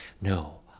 no